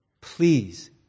please